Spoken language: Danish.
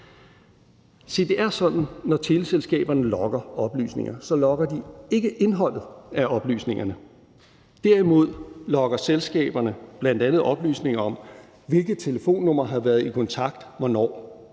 det er sådan, at når teleselskaberne logger oplysninger, så logger de ikke indholdet af oplysningerne; derimod logger selskaberne bl.a. oplysninger om, hvilke telefonnumre der har været i kontakt og hvornår.